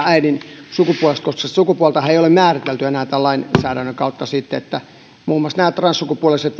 äidin sukupuolesta koska sitä sukupuoltahan ei ole määritelty enää tämän lainsäädännön kautta sitten muun muassa nämä transsukupuoliset